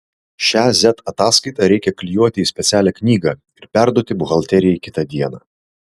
šią z ataskaitą reikia klijuoti į specialią knygą ir perduoti buhalterijai kitą dieną